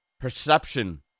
perception